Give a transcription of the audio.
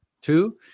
two